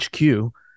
HQ